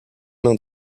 mains